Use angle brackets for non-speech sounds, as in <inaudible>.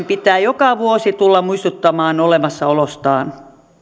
<unintelligible> pitää joka vuosi tulla muistuttamaan olemassaolostaan